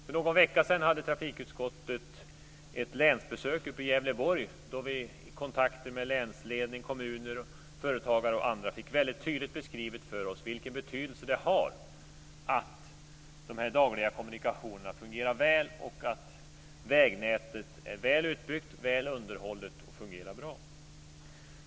För någon vecka sedan hade trafikutskottet ett länsbesök i Gävleborg då vi i kontakter med länsledning, kommuner, företagare och andra fick väldigt tydligt beskrivet för oss vilken betydelse det har att de dagliga kommunikationerna fungerar väl och att vägnätet är väl utbyggt, väl underhållet och fungerar bra.